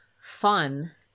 fun